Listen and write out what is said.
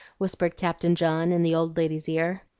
whispered captain john in the old lady's ear.